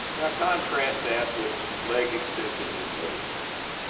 now contrast that with leg extensions and leg curls,